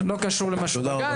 לא קשור למשהו בגן,